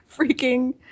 freaking